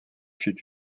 fut